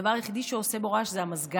הדבר היחידי שעושה בו רעש זה המזגן.